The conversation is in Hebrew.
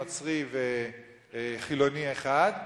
נוצרי וחילוני אחד,